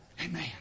Amen